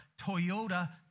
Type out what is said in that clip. Toyota